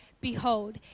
Behold